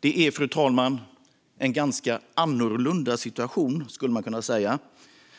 Det är alltså en ganska annorlunda situation, skulle man kunna säga,